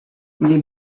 nie